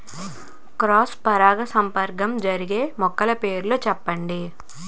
Cross పరాగసంపర్కం జరిగే మొక్కల పేర్లు చెప్పండి?